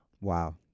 Wow